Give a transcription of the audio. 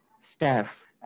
staff